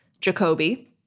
Jacoby